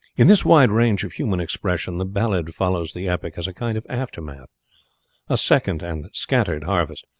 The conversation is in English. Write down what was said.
in this wide range of human expression the ballad follows the epic as a kind of aftermath a second and scattered harvest,